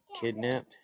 kidnapped